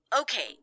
Okay